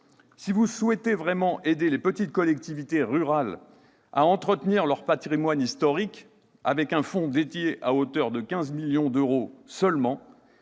si vous souhaitez véritablement aider les petites collectivités rurales à entretenir leur patrimoine historique avec un fonds dédié à hauteur de 15 millions d'euros seulement,